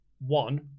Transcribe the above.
one